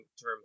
term